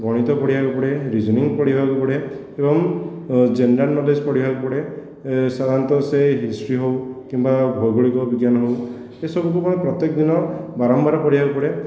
ଗଣିତ ପଢ଼ିବାକୁ ପଡ଼େ ରିଜୋନିଂ ପଢ଼ିବାକୁ ପଡ଼େ ଏବଂ ଜେନେରାଲ ନଲେଜ ପଢ଼ିବାକୁ ପଡ଼େ ସାଧାରଣତଃ ସେ ହିଷ୍ଟ୍ରି ହେଉ କିମ୍ବା ଭୌଗଳିକ ବିଜ୍ଞାନ ହେଉ ଏସବୁକୁ କ'ଣ ପ୍ରତ୍ୟେକ ଦିନ ବାରମ୍ବାର ପଢ଼ିବାକୁ ପଡ଼େ